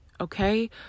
Okay